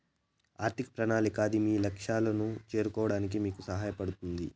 ఆర్థిక ప్రణాళిక అది మీ లక్ష్యాలను చేరుకోవడానికి మీకు సహాయపడుతుంది